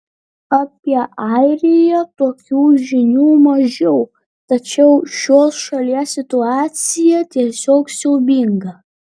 apie airiją tokių žinių mažiau tačiau šios šalies situacija tiesiog siaubinga